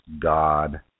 God